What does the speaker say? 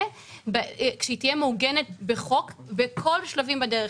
כשהיא תהיה מעוגנת בחוק בכל השלבים בדרך,